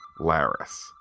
Laris